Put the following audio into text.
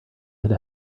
had